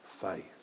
faith